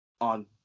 on